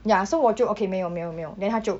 ya so 我就 okay 没有没有没有 then 他就